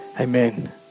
amen